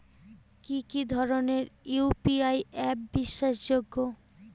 কি কি ধরনের ইউ.পি.আই অ্যাপ বিশ্বাসযোগ্য?